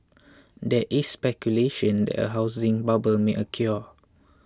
there is speculation that a housing bubble may occur